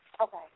Okay